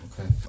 okay